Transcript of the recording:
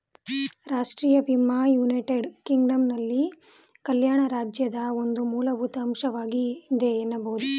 ರಾಷ್ಟ್ರೀಯ ವಿಮೆ ಯುನೈಟೆಡ್ ಕಿಂಗ್ಡಮ್ನಲ್ಲಿ ಕಲ್ಯಾಣ ರಾಜ್ಯದ ಒಂದು ಮೂಲಭೂತ ಅಂಶವಾಗಿದೆ ಎನ್ನಬಹುದು